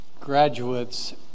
graduates